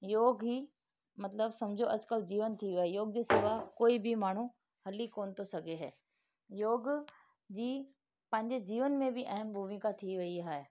योग ही मतलबु समुझो अॼुकल्ह जीवन थी वियो आहे योग जे सिवा कोई बि माण्हू हली कोन थो सघे इहा योग जी पंहिंजे जीवन में बि अहम भूमिका थी वेई आहे